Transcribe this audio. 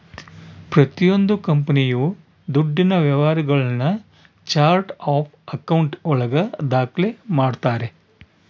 ಪ್ರತಿಯೊಂದು ಕಂಪನಿಯು ದುಡ್ಡಿನ ವ್ಯವಹಾರಗುಳ್ನ ಚಾರ್ಟ್ ಆಫ್ ಆಕೌಂಟ್ ಒಳಗ ದಾಖ್ಲೆ ಮಾಡ್ತಾರೆ